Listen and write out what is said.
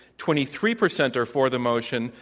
twenty three percent are for the motion,